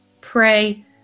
pray